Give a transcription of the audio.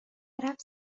رفت